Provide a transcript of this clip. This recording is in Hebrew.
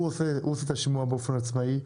הוא עושה את השימוע באופן עצמאי,